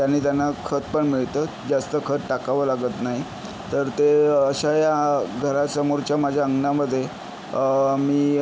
त्यांनी त्यांना खतपण मिळतं जास्त खत टाकावं लागत नाही तर ते अशा या घरासमोरच्या माझ्या अंगणामध्ये मी